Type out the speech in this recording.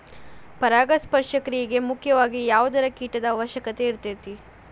ಪರಾಗಸ್ಪರ್ಶ ಕ್ರಿಯೆಗೆ ಮುಖ್ಯವಾಗಿ ಯಾವುದಾದರು ಕೇಟದ ಅವಶ್ಯಕತೆ ಇರತತಿ